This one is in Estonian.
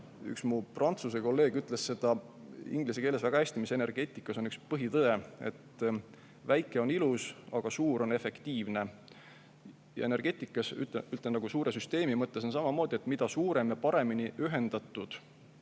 üks mu Prantsuse kolleeg ütles inglise keeles väga hästi, see on energeetikas üks põhitõde: väike on ilus, aga suur on efektiivne. Ja energeetikas on suure süsteemi mõttes samamoodi, et mida suurem ja paremini ühendatud